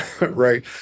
right